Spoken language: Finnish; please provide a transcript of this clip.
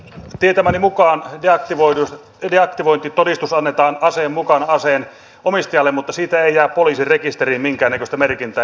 tietämäni mukaan deaktivointitodistus annetaan aseen mukana aseen omistajalle mutta siitä ei jää poliisin rekisteriin minkäännäköistä merkintää